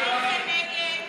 ההסתייגות (32)